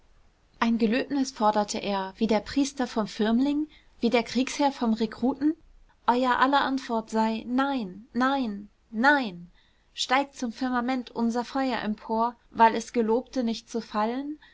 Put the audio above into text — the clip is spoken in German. ein gelöbnis forderte er wie der priester vom firmling wie der kriegsherr vom rekruten euer aller antwort sei nein nein nein steigt zum firmament unser feuer empor weil es gelobte nicht zu fallen